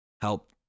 help